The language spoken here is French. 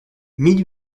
mille